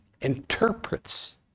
interprets